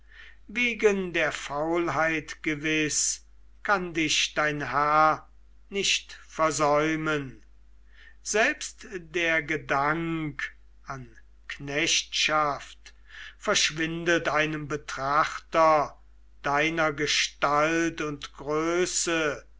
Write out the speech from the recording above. wegen der faulheit gewiß kann dich dein herr nicht versäumen selbst der gedank an knechtschaft verschwindet einem betrachter deiner gestalt und größe